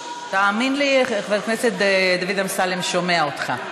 תאמין לי, חבר הכנסת דוד אמסלם שומע אותך.